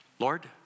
Lord